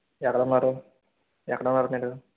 ఎక్కడున్నారు ఎక్కడున్నారు మీరు